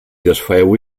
desfeu